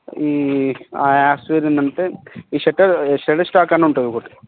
ఈ ఆ యాప్స్ ఏంటంటే ఈ సటరు స్టడీ స్టాక్ అని ఉంటుంది ఒకటి